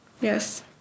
Yes